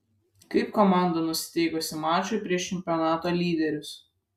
kaip komanda nusiteikusi mačui prieš čempionato lyderius